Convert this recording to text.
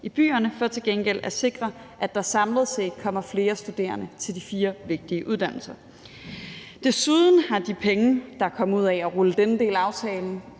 i byerne for til gengæld at sikre, at der samlet set kommer flere studerende til de fire vigtige uddannelser. Desuden er de penge, der kom ud af rulle denne del af aftalen